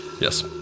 Yes